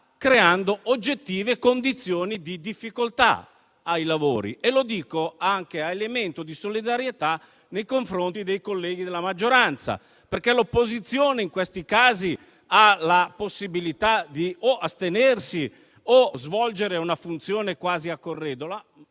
creando oggettive condizioni di difficoltà ai lavori. Dico questo anche come elemento di solidarietà nei confronti dei colleghi della maggioranza, perché in questi casi l'opposizione ha la possibilità di astenersi o di svolgere una funzione quasi a corredo,